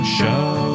show